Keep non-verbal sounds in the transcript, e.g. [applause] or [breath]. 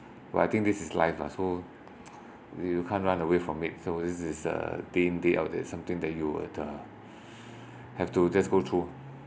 but I think this is life lah so you can't run away from it so this is uh then there out there's something that you would uh [breath] have to just go through